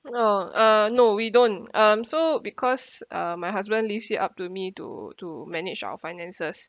no uh no we don't um so because uh my husband leaves it up to me to to manage our finances